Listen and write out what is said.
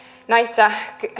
näissä